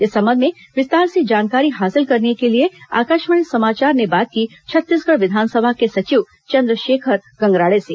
इस संबंध में विस्तार से जानकारी हासिल करने के लिए आकाशवाणी समाचार ने बात की छत्तीसगढ़ विधानसभा के सचिव चंद्रशेखर गंगराड़े से